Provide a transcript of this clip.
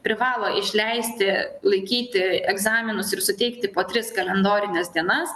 privalo išleisti laikyti egzaminus ir suteikti po tris kalendorines dienas